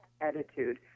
attitude